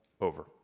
over